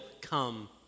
come